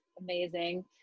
amazing